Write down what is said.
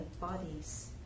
bodies